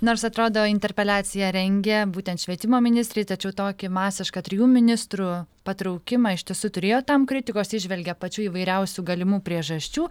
nors atrodo interpeliaciją rengė būtent švietimo ministrei tačiau tokį masišką trijų ministrų patraukimą iš tiesų turėjo tam kritikos įžvelgia pačių įvairiausių galimų priežasčių